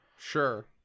Sure